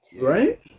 right